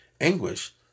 anguish